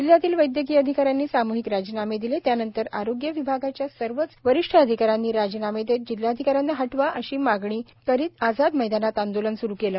जिल्ह्यातील वैद्यकीय अधिकाऱ्यांनी सामूहिक राजीनामे दिले त्यानंतर आरोग्य विभागाच्या सर्वच वरिष्ठ अधिकाऱ्यांनी राजीनामे देत जिल्हाधिकाऱ्यांना हटवा अशी मागणी करीत आझाद मैदानात आंदोलन सुरू केले